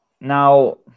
Now